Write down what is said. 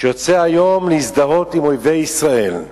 שיוצא היום להזדהות עם אויבי ישראל,